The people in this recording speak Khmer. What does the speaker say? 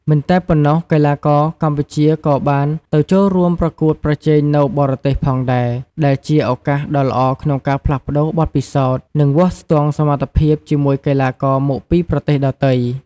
មិនតែប៉ុណ្ណោះ កីឡាករកម្ពុជាក៏បានទៅចូលរួមប្រកួតប្រជែងនៅបរទេសផងដែរ ដែលជាឱកាសដ៏ល្អក្នុងការផ្លាស់ប្ដូរបទពិសោធន៍ និងវាស់ស្ទង់សមត្ថភាពជាមួយកីឡាករមកពីប្រទេសដទៃ។